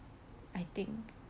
I think